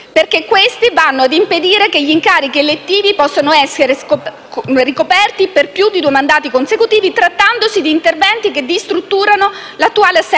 perché questi vanno ad impedire che gli incarichi elettivi possano essere ricoperti per più di due mandati consecutivi, trattandosi di interventi che ristrutturano l'attuale assetto